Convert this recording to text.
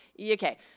okay